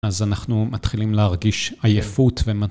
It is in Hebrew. אז אנחנו... מתחילים להרגיש... עייפות ומ...